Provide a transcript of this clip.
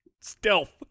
Stealth